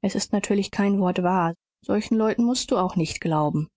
es ist natürlich kein wort wahr solchen leuten mußt du auch nicht glauben